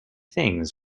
things